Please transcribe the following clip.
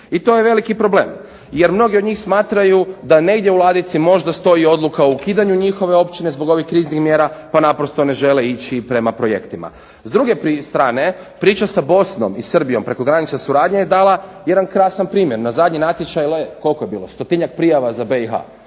I to je veliki problem, jer mnoge od njih smatraju da negdje u ladici možda stoji odluka o ukidanju njihove općine zbog ovih kriznih mjera, pa naprosto ne žele ići prema projektima. S druge strane priča sa Bosnom i Srbijom prekogranične suradnje je dala jedan krasan primjer. Na zadnji natječaj, koliko je bilo stotinjak prijava za BiH.